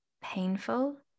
painful